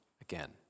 again